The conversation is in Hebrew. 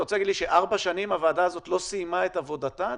אתה רוצה להגיד לי שארבע שנים הוועדה הזאת לא סיימה את עבודתה עדיין?